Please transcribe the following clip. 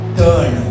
turn